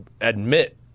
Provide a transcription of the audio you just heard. admit